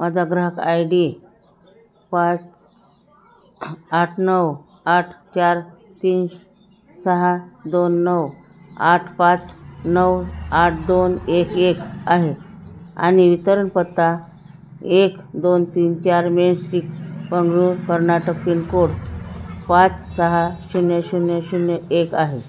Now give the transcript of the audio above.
माझा ग्राहक I D पाच आठ नऊ आठ चार तीन सहा दोन नऊ आठ पाच नऊ आठ दोन एक एक आहे आणि वितरण पत्ता एक दोन तीन चार main street Bengaluru Karnataka pincode पाच सहा शून्य शून्य शून्य एक आहे